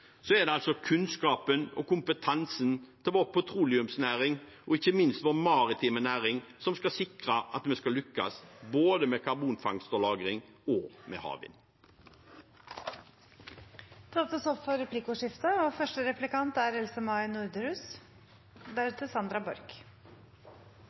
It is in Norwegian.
er altså kunnskapen og kompetansen til vår petroleumsnæring og ikke minst vår maritime næring som skal sikre at vi skal lykkes, både med karbonfangst og -lagring og med havvind. Det blir replikkordskifte. Jeg er veldig glad for at representanten Halleland er